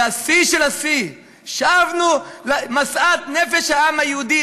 והשיא של השיא: שבנו למשאת הנפש של העם היהודי,